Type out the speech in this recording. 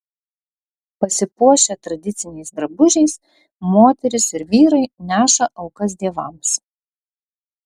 pasipuošę tradiciniais drabužiais moterys ir vyrai neša aukas dievams